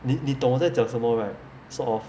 你你懂我在讲什么 right sort of